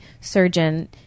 surgeon